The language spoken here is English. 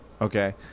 Okay